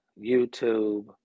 youtube